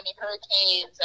Hurricanes